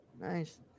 Nice